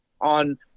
on –